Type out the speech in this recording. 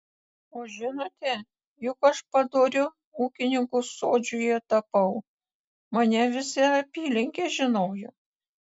o žinote juk aš padoriu ūkininku sodžiuje tapau mane visa apylinkė žinojo